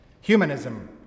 humanism